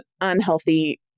unhealthy